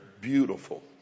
beautiful